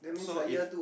so if